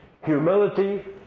humility